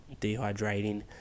dehydrating